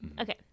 Okay